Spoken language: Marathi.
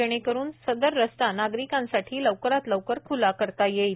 जेणेकरून सदर रस्ता नागरिकांसाठी लवकरात लवकर खूला करता येईल